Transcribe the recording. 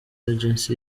agency